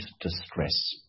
distress